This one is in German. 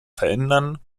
verändern